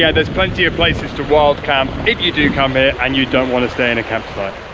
yeah there's plenty of places to wild camp, if you do come in and you don't want to stay in a campsite.